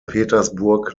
petersburg